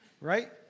Right